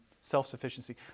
self-sufficiency